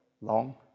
long